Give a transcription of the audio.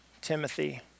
Timothy